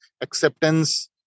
acceptance